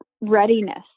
readiness